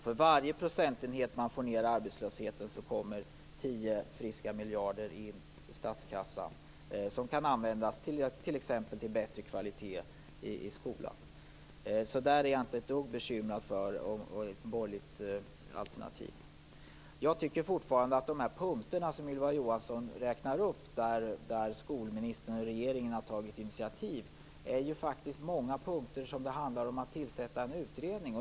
För varje procentenhet man får ned arbetslösheten med kommer tio friska miljarder in i statskassan, som kan användas t.ex. till bättre kvalitet i skolan. Där är jag inte ett dugg bekymrad för ett borgerligt alternativ. Ylva Johansson räknar upp ett antal punkter där skolministern eller regeringen har tagit initiativ. Jag tycker nog fortfarande att många av punkterna bara handlar om att tillsätta en utredning.